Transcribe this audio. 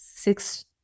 six